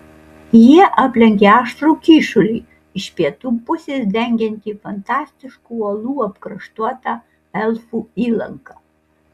jie aplenkė aštrų kyšulį iš pietų pusės dengiantį fantastiškų uolų apkraštuotą elfų įlanką